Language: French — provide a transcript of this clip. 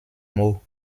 mot